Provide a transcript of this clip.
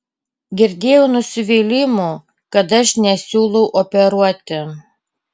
girdėjau nusivylimų kad aš nesiūlau operuoti